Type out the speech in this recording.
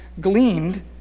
gleaned